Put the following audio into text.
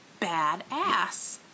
badass